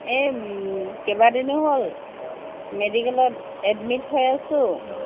এই কেইবা দিনো হ'ল মেডিকেলত এডমিট হৈ আছোঁ